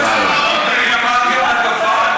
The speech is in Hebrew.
חבר הכנסת עודד פורר.